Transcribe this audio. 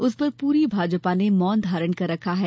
उस पर पूरी भाजपा ने मौन धारण कर रखा है